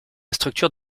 structure